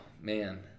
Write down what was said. man